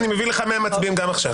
אני מביא 100 מצביעים גם עכשיו.